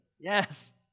Yes